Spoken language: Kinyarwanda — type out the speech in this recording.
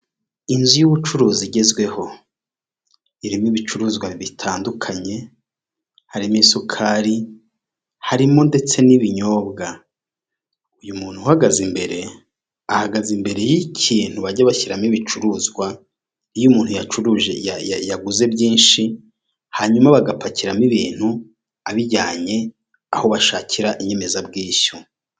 Inzu y'ubucuruzi igezweho irimo ibicuruzwa bitandukanye harimo isukari harimo ndetse n'ibinyobwa uyu muntu uhagaze imbere ahagaze imbere y'ikintu bajya bashyiramo ibicuruzwa iyo umuntu yaguze byinshi hanyuma bagapakiramo ibintu abijyanye aho bashakira inyemezabwishyu .